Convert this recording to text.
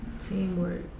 Teamwork